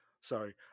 sorry